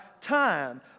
time